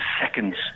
seconds